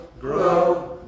grow